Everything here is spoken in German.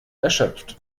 erschöpft